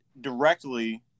directly